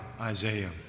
Isaiah